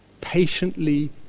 patiently